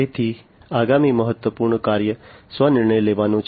તેથી આગામી મહત્વપૂર્ણ કાર્ય સ્વ નિર્ણય લેવાનું છે